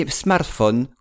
smartphone